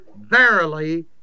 verily